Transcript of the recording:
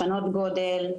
לשנות גודל,